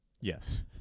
yes